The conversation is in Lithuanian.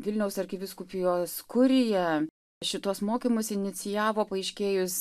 vilniaus arkivyskupijos kurija šituos mokymus inicijavo paaiškėjus